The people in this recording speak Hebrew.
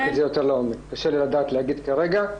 קשה לי לדעת, להגיד כרגע.